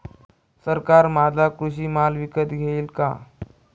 सरकार माझा कृषी माल विकत घेईल का?